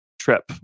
trip